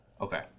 Okay